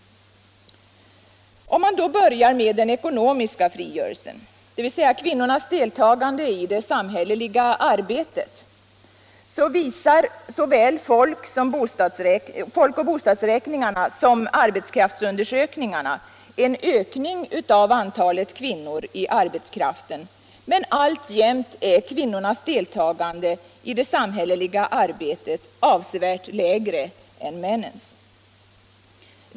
Låg mig börja med den ekonomiska frigörelsen, dvs. kvinnornas deltagande i det samhälleliga arbetet. Såväl folkoch bostadsräkningarna som arbetskraftsundersökningarna visar en ökning av antalet kvinnor i arbetskraften, men alltjämt är kvinnornas deltagande i det samhälleliga arbetet avsevärt lägre än männens.